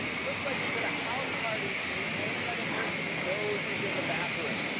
he looks like he's at a house party and the only other person he knows is in the bathroom.